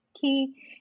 key